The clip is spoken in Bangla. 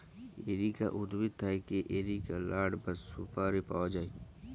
এরিকা উদ্ভিদ থেক্যে এরিকা লাট বা সুপারি পায়া যায়